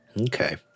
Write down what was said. Okay